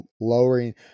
lowering